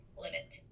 limit